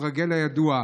המרגל הידוע.